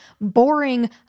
boring